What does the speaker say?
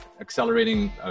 accelerating